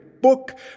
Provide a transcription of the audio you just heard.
book